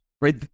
Right